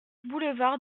boulevard